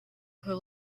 who